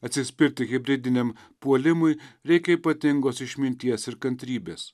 atsispirti hibridiniam puolimui reikia ypatingos išminties ir kantrybės